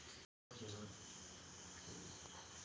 Online ನಲ್ಲಿ machine book ಮಾಡುವ ರೀತಿ ತಿಳಿಸಿ?